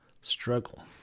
struggle